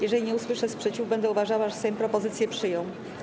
Jeżeli nie usłyszę sprzeciwu, będę uważała, że Sejm propozycje przyjął.